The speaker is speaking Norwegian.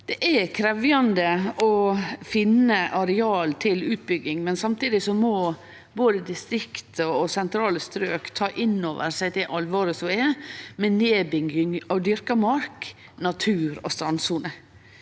Det er krevjande å finne areal til utbygging, men samtidig må både distrikt og sentrale strøk ta inn over seg det alvoret som er, med nedbygging av dyrka mark, natur og strandsone.